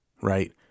right